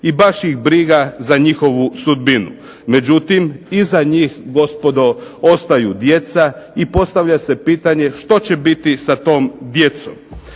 i baš ih briga za njihovu sudbinu. Međutim, iza njih gospodo ostaju djeca i postavlja se pitanje što će biti sa tom djecom.